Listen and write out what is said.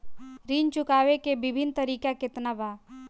ऋण चुकावे के विभिन्न तरीका केतना बा?